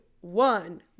one